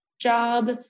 job